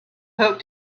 hook